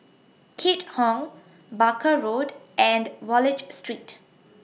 Keat Hong Barker Road and Wallich Street